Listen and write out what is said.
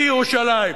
וירושלים,